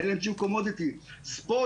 ספוט